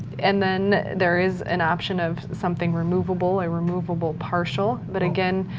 and then there is an option of something removable, a removable partial but, again,